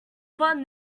fun